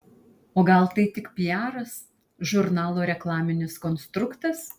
o gal tai tik piaras žurnalo reklaminis konstruktas